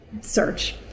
search